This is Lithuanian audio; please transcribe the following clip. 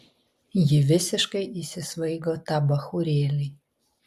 ji visiškai įsisvaigo tą bachūrėlį